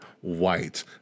white